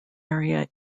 area